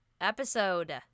episode